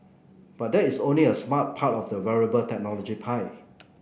but that is only a smart part of the wearable technology pie